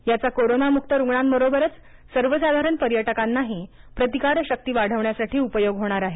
याचा कोरोनमुक रुग्णांबरोबरच सर्वसाधारण पर्यटकांनाही प्रतिकार शक्ती वाढवण्यासाठी उपयोग होणार आहे